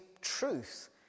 truth